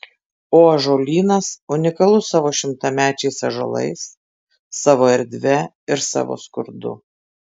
o ąžuolynas unikalus savo šimtamečiais ąžuolais savo erdve ir savo skurdu